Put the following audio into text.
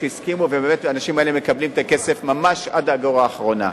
ובאמת האנשים האלה מקבלים את הכסף ממש עד האגורה האחרונה.